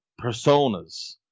personas